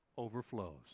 overflows